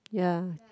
ya